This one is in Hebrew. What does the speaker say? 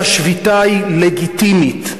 שהשביתה היא לגיטימית.